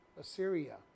Assyria